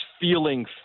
feeling